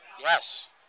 Yes